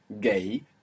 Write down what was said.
gay